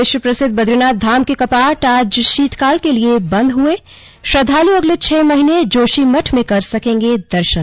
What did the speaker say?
विश्वप्रसिद्ध बदरीनाथ धाम के कपाट आज शीतकाल के लिए बंद हुएश्रद्दालु अगले छह महीने जोशीमठ में कर सकेंगे दर्शन